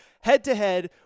head-to-head